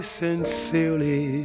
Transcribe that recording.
sincerely